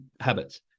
habits